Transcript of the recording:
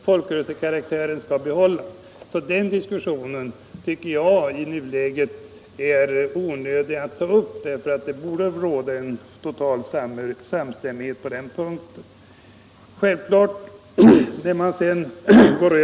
Folkrörelsekaraktären hos de fria samfunden skall bibehållas. Den diskussionen tycker jag alltså i nuläget är onödig att ta upp därför att det borde råda total samstämmighet på den punkten.